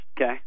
okay